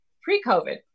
pre-COVID